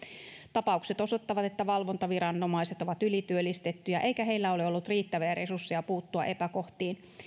tapaukset osoittavat että valvontaviranomaiset ovat ylityöllistettyjä eikä heillä ole ollut riittäviä resursseja puuttua epäkohtiin